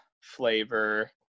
flavor